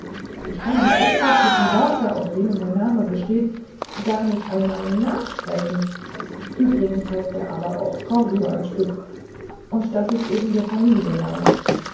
ich kann die unchristlichen wörter aus denen der namen besteht gar nicht einmal nachsprechen übrigens heißt er aber auch corduanspitz und das ist eben der